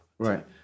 Right